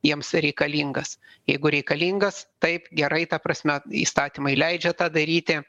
jiems reikalingas jeigu reikalingas taip gerai ta prasme įstatymai leidžia tą daryti